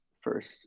first